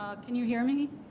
ah can you hear me?